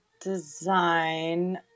design